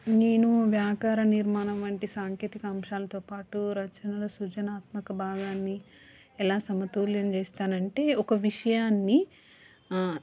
నేను వ్యాకార నిర్మాణం వంటి సాంకేతిక అంశాలతో పాటు రచనల సృజనాత్మక భాగాన్ని ఎలా సమతుల్యం చేస్తానంటే ఒక విషయాన్ని